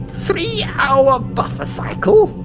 three hour buffer-cycle.